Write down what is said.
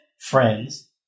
friends